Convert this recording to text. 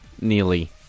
nearly